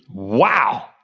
wow!